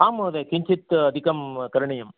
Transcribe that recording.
आं महोदय किञ्चित् अधिकं करणीयम्